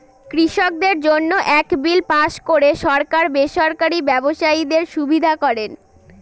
কৃষকদের জন্য এক বিল পাস করে সরকার বেসরকারি ব্যবসায়ীদের সুবিধা করেন